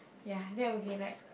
ya that will be like